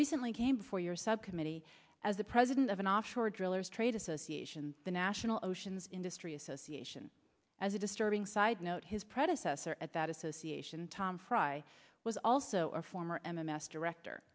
recently came before your subcommittee as the president of an offshore drillers trade association the national oceans industry association as a disturbing side note his predecessor at that association tom fry was also a former m m s director